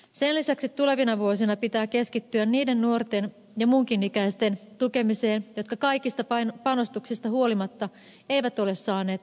sen lisäksi tulevina vuosina pitää keskittyä niiden nuorten ja muunkin ikäisten tukemiseen jotka kaikista panostuksista huolimatta eivät ole saaneet töitä